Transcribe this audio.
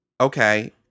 okay